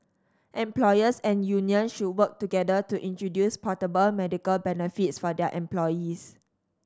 employers and union should work together to introduce portable medical benefits for their employees